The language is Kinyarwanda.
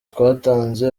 twatanze